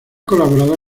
colaborado